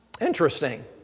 Interesting